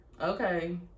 Okay